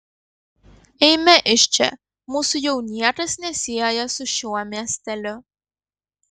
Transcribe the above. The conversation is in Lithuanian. eime iš čia mūsų jau niekas nesieja su šiuo miesteliu